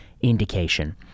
indication